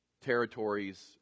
territories